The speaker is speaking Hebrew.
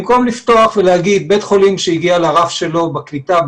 במקום לפתוח ולהגיד שבית חולים שהגיע לרף שלו בקליטה,